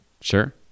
Sure